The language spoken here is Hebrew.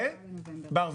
4 בנובמבר.